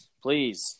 please